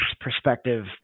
perspective